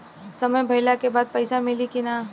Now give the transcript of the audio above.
समय भइला के बाद पैसा मिली कि ना?